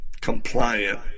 compliant